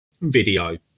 video